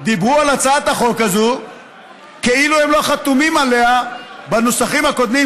דיברו על הצעת החוק הזאת כאילו הם לא חתומים עליה בנוסחים הקודמים,